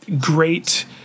great